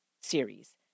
series